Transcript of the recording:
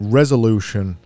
resolution